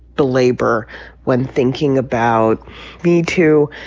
belabor when thinking about me too.